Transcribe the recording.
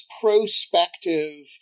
prospective